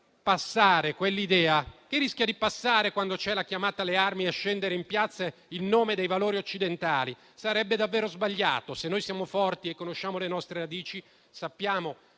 che rischia di passare quando c'è la chiamata alle armi, a scendere in piazza in nome dei valori occidentali, perché sarebbe davvero sbagliato. Se noi siamo forti e conosciamo le nostre radici, sappiamo